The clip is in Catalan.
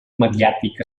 mediàtic